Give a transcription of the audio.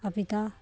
अफिता